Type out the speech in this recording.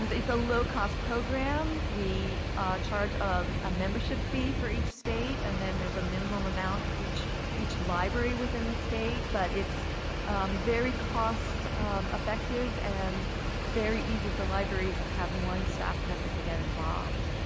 um but it's a low-cost program. we charge um a membership fee for each state and then there's a minimum amount for each each library within the state but it's very cost effective and very easy for libraries that have one staff member to get involved.